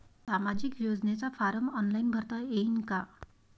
सामाजिक योजनेचा form online भरता येईन का?